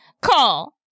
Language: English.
call